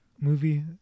Movie